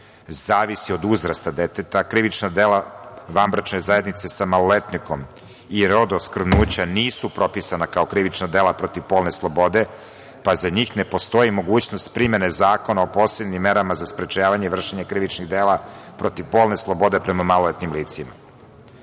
zavisi od uzrasta deteta. Krivična dela vanbračne zajednice sa maloletnikom i rodoskrvnuće nisu propisana kao krivična dela protiv polne slobode, pa za njih ne postoji mogućnost primene zakona o posebnim merama za sprečavanje vršenja krivičnih dela protiv polne slobode prema maloletnim licima. Po